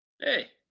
Hey